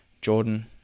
Jordan